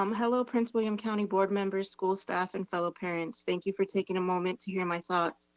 um hello, prince william county board members, school staff, and fellow parents. thank you for taking a moment to hear my thoughts.